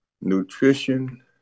nutrition